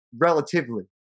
relatively